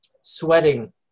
sweating